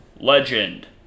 Legend